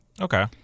Okay